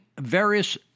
various